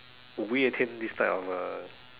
we attain this type of uh